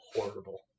horrible